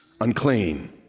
unclean